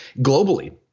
globally